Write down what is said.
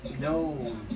No